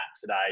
today